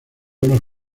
unos